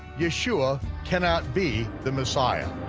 yeshua cannot be the messiah.